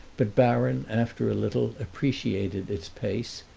but baron, after a little, appreciated its pace,